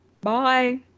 Bye